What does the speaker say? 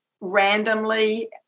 randomly